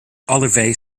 olivet